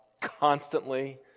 constantly